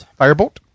Firebolt